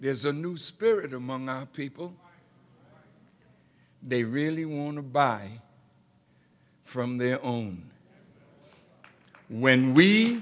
there's a new spirit among the people they really want to buy from their own when we